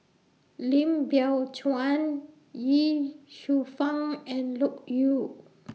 Lim Biow Chuan Ye Shufang and Loke Yew